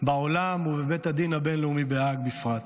בעולם ובבית הדין הבין-לאומי בהאג בפרט.